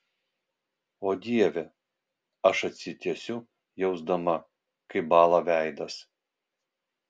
o dieve aš atsitiesiu jausdama kaip bąla veidas